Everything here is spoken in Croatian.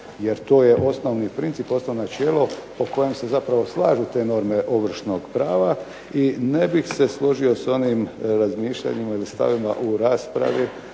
jer to je osnovni princip, osnovno načelo po kojem se zapravo slažu te norme ovršnog prava. I ne bih se složio s onim razmišljanjima ili stavovima u raspravi